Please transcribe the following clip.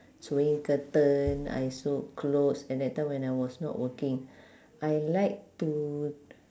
sewing curtain I sew clothes and that time when I was not working I like to